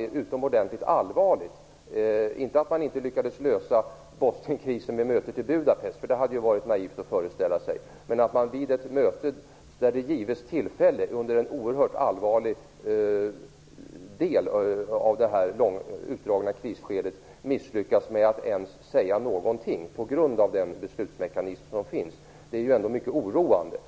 det utomordentligt allvarligt - inte att man inte lyckades lösa Bosnienkrisen vid mötet i Budapest, för det hade varit naivt att föreställa sig - att man vid ett möte där tillfälle gives under ett oerhört allvarligt krisskede ändå misslyckas med att ens säga någonting på grund av den beslutsmeknism som finns. Detta är mycket oroande.